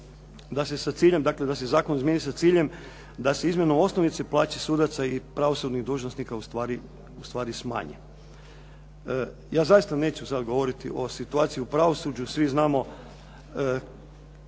da se zakon izmijeni sa ciljem da se izmjenom osnovice plaće sudaca i pravosudnih dužnosnika ustvari smanje. Ja zaista neću sad govoriti o situaciji u pravosuđu. Svi znamo